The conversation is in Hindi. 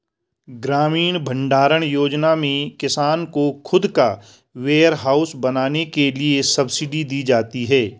ग्रामीण भण्डारण योजना में किसान को खुद का वेयरहाउस बनाने के लिए सब्सिडी दी जाती है